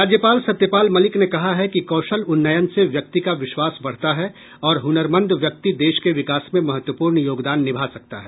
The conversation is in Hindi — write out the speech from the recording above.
राज्यपाल सत्यपाल मलिक ने कहा है कि कौशल उन्नयन से व्यक्ति का विश्वास बढ़ता है और हनरमंद व्यक्ति देश के विकास में महत्वपूर्ण योगदान निभा सकता है